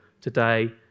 today